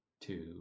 two